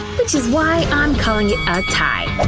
which is why i'm calling it a tie!